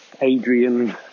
Adrian